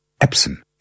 Epson